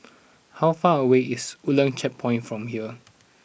how far away is Woodlands Checkpoint from here